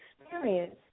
experience